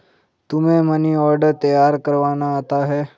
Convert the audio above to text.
तुम्हें money order तैयार करवाना आता है?